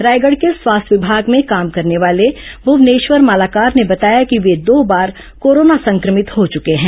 रायगढ़ के स्वास्थ्य विमाग में काम करने वाले भूवनेश्वर मालाकार ने बताया कि वे दो बार कोरोना संक्रमित हो चुके हैं